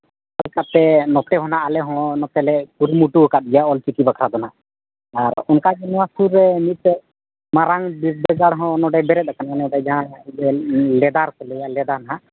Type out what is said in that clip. ᱚᱠᱟ ᱞᱮᱠᱟᱛᱮ ᱱᱚᱛᱮ ᱦᱚᱸ ᱦᱟᱸᱜ ᱟᱞᱮ ᱦᱚᱸ ᱱᱚᱛᱮᱞᱮ ᱠᱩᱨᱩᱢᱩᱴᱩ ᱟᱠᱟᱫ ᱜᱮᱭᱟ ᱚᱞ ᱪᱤᱠᱤ ᱵᱟᱠᱷᱨᱟ ᱫᱚ ᱦᱟᱸᱜ ᱟᱨ ᱚᱱᱠᱟᱜᱮ ᱱᱚᱣᱟ ᱥᱩᱨ ᱨᱮ ᱢᱤᱫᱴᱮᱡ ᱢᱟᱨᱟᱝ ᱵᱤᱫᱽᱫᱟᱹᱜᱟᱲ ᱦᱚᱸ ᱱᱚᱰᱮ ᱵᱮᱨᱮᱫ ᱠᱟᱱᱟ ᱱᱚᱰᱮ ᱡᱟᱦᱟᱸ ᱞᱮᱫᱟ ᱠᱚ ᱞᱟᱹᱭᱟ ᱞᱮᱫᱟ ᱦᱟᱸᱜ